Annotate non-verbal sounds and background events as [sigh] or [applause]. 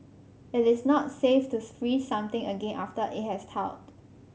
it is not safe to [unintelligible] freeze something again after it has thawed